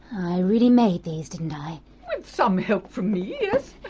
i really made these, didn't i? with some help from me, yes.